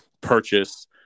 purchase